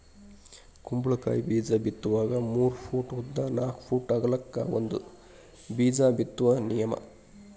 ಕುಂಬಳಕಾಯಿ ಬೇಜಾ ಬಿತ್ತುವಾಗ ಮೂರ ಪೂಟ್ ಉದ್ದ ನಾಕ್ ಪೂಟ್ ಅಗಲಕ್ಕ ಒಂದ ಬೇಜಾ ಬಿತ್ತುದ ನಿಯಮ